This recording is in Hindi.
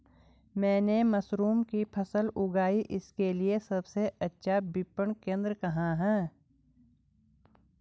मैंने मशरूम की फसल उगाई इसके लिये सबसे अच्छा विपणन केंद्र कहाँ है?